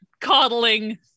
coddling